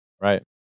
Right